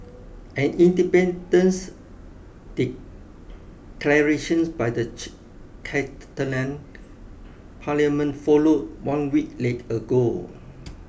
an independence declaration by the Catalan parliament followed one week ago